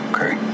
Okay